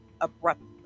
abruptly